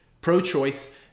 Pro-choice